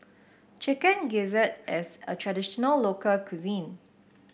Chicken Gizzard is a traditional local cuisine